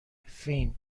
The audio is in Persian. فین